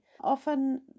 often